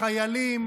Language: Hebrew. בחיילים,